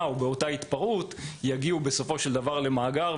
או התפרעות יגיעו בסופו של דבר למאגר,